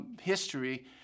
history